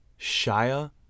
Shia